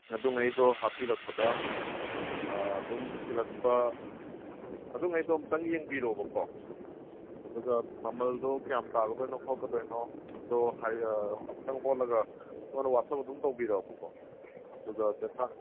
ꯑꯗꯨꯉꯩꯗꯣ ꯍꯥꯞꯄꯤꯔꯛꯄꯗ ꯑꯥ ꯑꯗꯨꯝ ꯊꯤꯜꯂꯛꯄ ꯑꯗꯨꯉꯩꯗꯣ ꯑꯃꯨꯛꯇꯪ ꯌꯦꯡꯕꯤꯔꯣꯕꯀꯣ ꯑꯗꯨꯒ ꯃꯃꯜꯗꯣ ꯀꯌꯥꯝ ꯇꯥꯒꯗꯣꯏꯅꯣ ꯈꯣꯠꯀꯗꯣꯏꯅꯣ ꯑꯗꯣ ꯑꯃꯨꯛꯇꯪ ꯍꯣꯠꯂꯒ ꯑꯩꯉꯣꯟꯗ ꯋꯥꯆꯞ ꯑꯗꯨꯝ ꯇꯧꯕꯤꯔꯣꯕꯀꯣ ꯑꯗꯨꯒ